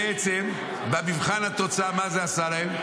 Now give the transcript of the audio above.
בעצם, במבחן התוצאה, מה זה עשה להם?